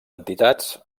entitats